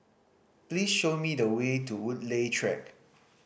please show me the way to Woodleigh Track